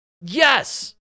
Yes